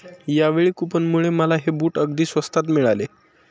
यावेळी कूपनमुळे मला हे बूट अगदी स्वस्तात मिळाले